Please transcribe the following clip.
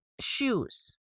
shoes